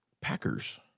Packers